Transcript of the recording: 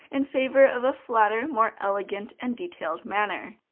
in favor of a flatter, more elegant and detailed manner.